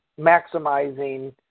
maximizing